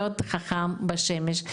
להיות חכם בשמש,